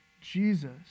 Jesus